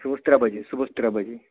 صُبحس ترٛےٚ بَجے صُبحس ترٛےٚ بَجے